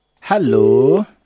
hello